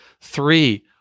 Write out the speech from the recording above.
Three